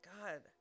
God